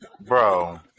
Bro